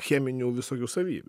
cheminių visokių savybių